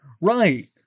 right